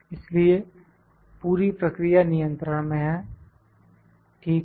इसलिए पूरी प्रक्रिया नियंत्रण में है ठीक है